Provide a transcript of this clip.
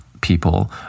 people